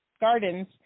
gardens